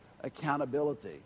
accountability